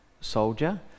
soldier